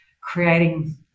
creating